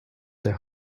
their